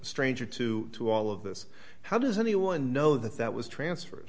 stranger to do all of this how does anyone know that that was transferred